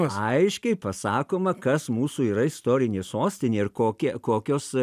aiškiai pasakoma kas mūsų yra istorinė sostinė ir kokie kokios